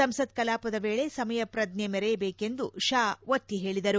ಸಂಸತ್ ಕಲಾಪದ ವೇಳೆ ಸಮಯ ಪ್ರಜ್ಞೆ ಮೆರೆಯಬೇಕೆಂದು ಷಾ ಒತ್ತಿ ಹೇಳಿದರು